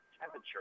temperature